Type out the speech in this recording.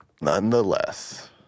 Nonetheless